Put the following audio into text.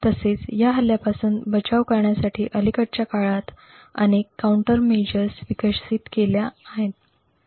तसेच या हल्ल्यापासून बचाव करण्यासाठी अलिकडच्या काळात अनेक कौंटरमेझर्स विकसित केल्या गेल्या